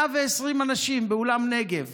120 אנשים באולם נגב